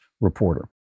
reporter